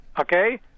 Okay